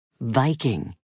Viking